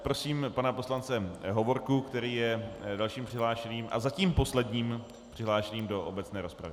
Prosím pana poslance Hovorku, který je dalším přihlášeným a zatím posledním přihlášeným do obecné rozpravy.